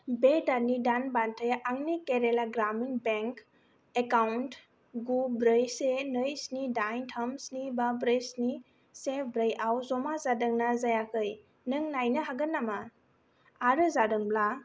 बे दाननि दानबान्थाया आंनि केराला ग्रामिन बेंक एकाउन्ट गु ब्रै से नै स्नि दाइन थाम स्नि बा ब्रै स्नि से ब्रैआव जमा जादोंना जायाखै नों नायनो हागोन नामा आरो जादोंब्ला